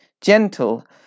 gentle